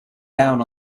down